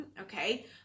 Okay